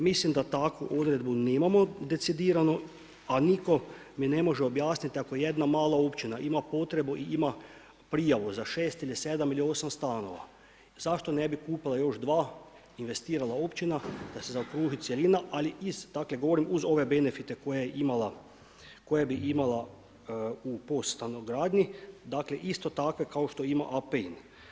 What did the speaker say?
Mislim da takvu odredbu nemamo decidirano, a niko mi ne može objasniti ako jedna mala općina ima potrebu i ima prijavu za šest ili sedam ili osam stanova, zašto ne bi kupila još dva investirala općina da se zaokruži cjelina, dakle govorim uz ove benefite koje bi imala u POS stanogradnji, dakle isto takve kao što ima APN.